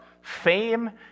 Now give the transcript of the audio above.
fame